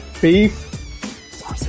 Beef